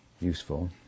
useful